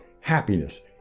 happiness